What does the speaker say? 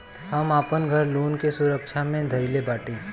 हम आपन घर लोन के सुरक्षा मे धईले बाटी